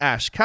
Ash